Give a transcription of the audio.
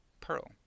Pearl